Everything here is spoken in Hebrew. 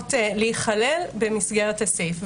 צריכות להיכלל במסגרת הסעיף.